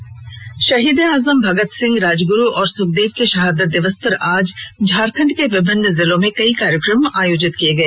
संक्षिप्त खबरें शहीदे आजम भगत सिंह राजगुरू और सुखदेव के शहादत दिवस पर आज झारखंड के विभिन्न जिलों में कई कार्यक्रम आयोजित किए गए